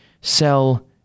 sell